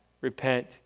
repent